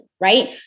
right